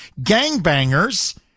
gangbangers